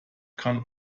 kann